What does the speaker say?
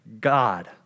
God